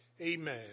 amen